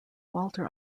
walter